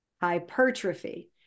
Hypertrophy